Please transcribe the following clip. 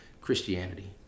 Christianity